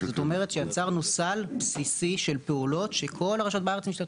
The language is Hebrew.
זאת אומרת שיצרנו סל בסיסי של פעולות שכל הרשויות בארץ משתתפות.